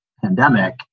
pandemic